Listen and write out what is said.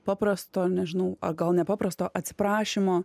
paprasto nežinau ar gal ne paprasto atsiprašymo